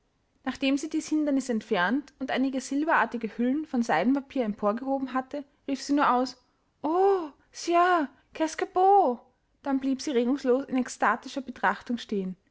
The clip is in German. nachdem sie dies hindernis entfernt und einige silberartige hüllen von seidenpapier emporgehoben hatte rief sie nur aus oh ciel que c'est beau dann blieb sie regungslos in extatischer betrachtung stehen